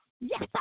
yes